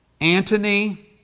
Antony